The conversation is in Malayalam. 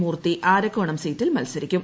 മൂർത്തി ആരക്കോണം സീറ്റിൽ മത്സരിക്കും